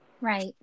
Right